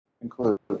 include